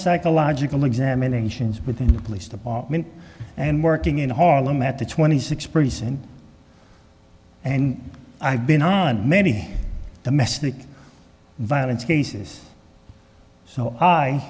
psychological examinations within the police department and working in harlem at the twenty six prison and i've been on many domestic violence cases so